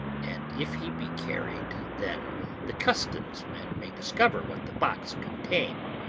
and if he be carried, then the customs men may discover what the box contain.